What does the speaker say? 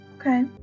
Okay